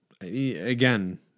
Again